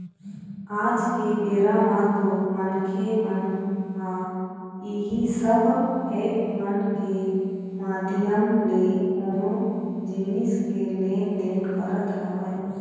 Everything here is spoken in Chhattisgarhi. आज के बेरा म तो मनखे मन ह इही सब ऐप मन के माधियम ले कोनो जिनिस के लेन देन करत हवय